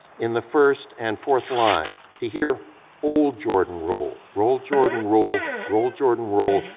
in the first and fourth line, to hear ole jordan roll, roll, jordan, roll, roll, jordan, roll,